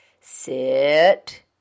sit